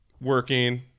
working